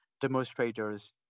demonstrators